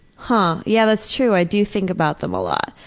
huh, yeah that's true. i do think about them a lot.